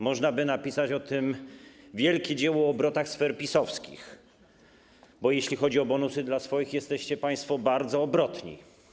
Można by napisać o tym wielkie dzieło: o obrotach sfer PiS-owskich, bo jeśli chodzi o bonusy dla swoich, jesteście państwo bardzo obrotni.